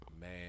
Man